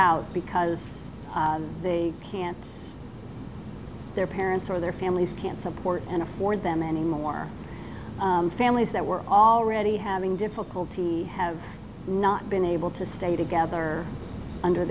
out because the pants their parents or their families can't support and afford them anymore families that were already having difficulty we have not been able to stay together under